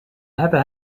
hebben